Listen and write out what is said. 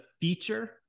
feature